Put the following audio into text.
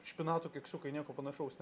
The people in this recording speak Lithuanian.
špinatų keksiukai nieko panašaus ne